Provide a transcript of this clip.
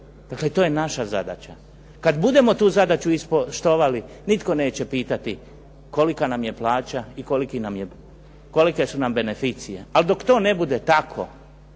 Dakle, to je naša zadaća. Kad budemo tu zadaću ispoštovali nitko neće pitati kolika nam je plaća i kolike su nam beneficije. Ali dok to ne bude tako